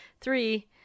Three